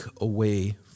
away